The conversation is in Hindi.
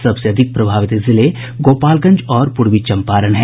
सबसे अधिक प्रभावित जिले गोपालंगज और पूर्वी चम्पारण हैं